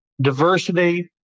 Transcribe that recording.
diversity